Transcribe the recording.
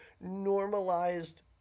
normalized